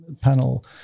panel